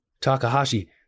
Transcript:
Takahashi